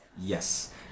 Yes